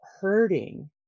hurting